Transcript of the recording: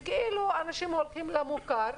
וכאילו אנשים הולכים למוכר,